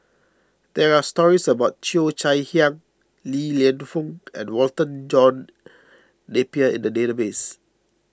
there are stories about Cheo Chai Hiang Li Lienfung and Walter John Napier in the database